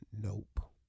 Nope